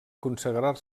consagrar